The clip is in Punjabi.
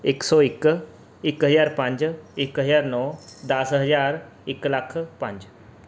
ਇੱਕ ਸੌ ਇੱਕ ਇੱਕ ਹਜ਼ਾਰ ਪੰਜ ਇੱਕ ਹਜ਼ਾਰ ਨੌ ਦਸ ਹਜ਼ਾਰ ਇੱਕ ਲੱਖ ਪੰਜ